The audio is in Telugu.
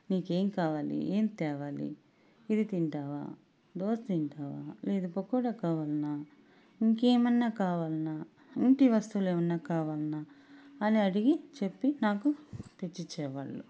నీకేంకావాలి ఏం తేవాలి ఇది తింటావా దోశ తింటావా లేదు పకోడా కావాల్నా ఇంకేమన్న కావాల్నా ఇంటి వస్తువులు ఏమన్న కావాల్నా అని అడిగి చెప్పి నాకు తెచ్చిచ్చేవాళ్ళు